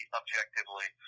objectively